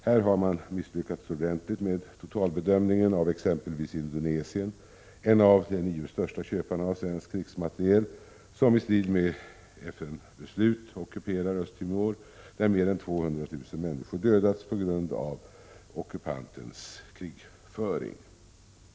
Här har man misslyckats ordentligt med totalbedömningen av exempelvis Indonesien — en av de nio största köparna av svensk krigsmateriel — som i strid mot FN-beslut ockuperar Östtimor, där mer än 200 000 människor dödats på grund av ockupantens krigföring.